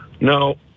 No